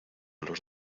los